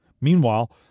Meanwhile